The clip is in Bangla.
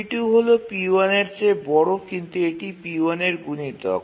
p2 হল p1 চেয়ে বড় কিন্তু এটি p1 এর গুনিতক